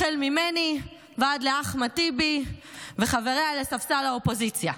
החל ממני ועד לאחמד טיבי וחבריה לספסל האופוזיציה.